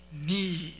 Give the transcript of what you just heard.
need